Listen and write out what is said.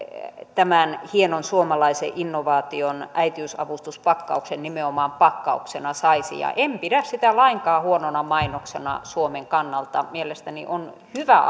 tämän hienon suomalaisen innovaation äitiysavustuspakkauksen nimenomaan pakkauksena saisi ja en pidä sitä lainkaan huonona mainoksena suomen kannalta mielestäni on hyvä